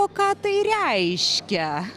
o ką tai reiškia